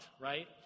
right